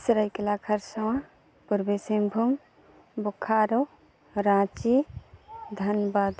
Seraikela Kharsawan Purbi Singhbhum Bokaro Ranchi Dhanbad